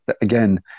again